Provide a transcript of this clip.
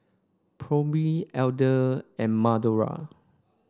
Phoebe Adell and Madora